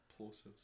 plosives